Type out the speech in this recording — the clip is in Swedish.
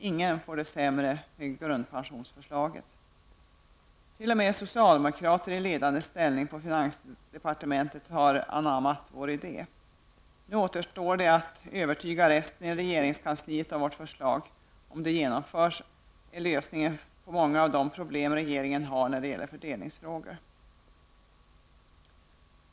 Ingen skulle få det sämre enligt grundpensionsförslaget. T.o.m. socialdemokrater i ledande ställning på finansdepartementet har anammat vår idé. Nu återstår det att övertyga övriga i regeringskansliet om att vårt förslag, om det förverkligas, är lösningen på många av de problem som regeringen har när det gäller fördelningsfrågor.